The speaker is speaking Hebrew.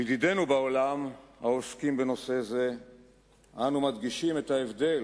לידידינו בעולם העוסקים בנושא זה אנו מדגישים את ההבדל